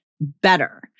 better